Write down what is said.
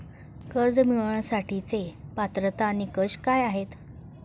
कर्ज मिळवण्यासाठीचे पात्रता निकष काय आहेत?